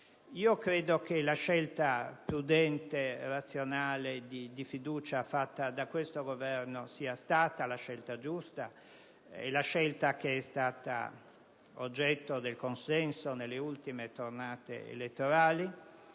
Credo che la scelta prudente e razionale di fiducia fatta da questo Governo sia stata giusta. È la scelta che è stata oggetto del consenso nelle ultime tornate elettorali.